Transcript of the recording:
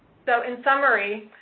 so, in summary,